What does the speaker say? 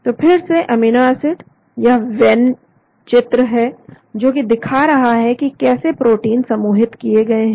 तो फिर से अमीनो एसिड यह वेन चित्र है जो कि दिखा रहा है कि कैसे प्रोटीन समूहित किए गए हैं